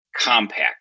compact